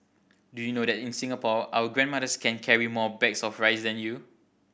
do you know that in Singapore our grandmothers can carry more bags of rice than you